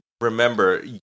remember